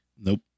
Nope